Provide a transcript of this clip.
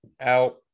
out